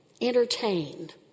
entertained